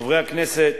חברי הכנסת,